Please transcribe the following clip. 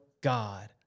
God